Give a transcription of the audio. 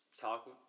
Talk